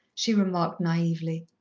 she remarked naively.